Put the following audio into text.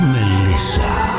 Melissa